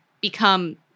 become